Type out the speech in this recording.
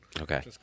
Okay